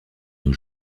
nos